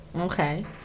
Okay